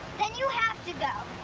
then you have to go.